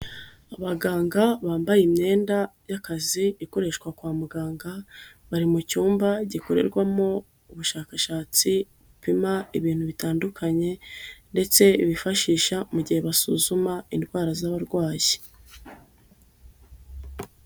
Abaganga bambaye imyenda y'akazi ikoreshwa kwa muganga, bari mu cyumba gikorerwamo ubushakashatsi bupima ibintu bitandukanye ndetse bifashisha mu gihe basuzuma indwara z'abarwayi.